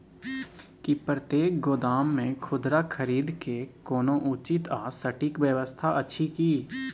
की प्रतेक गोदाम मे खुदरा खरीद के कोनो उचित आ सटिक व्यवस्था अछि की?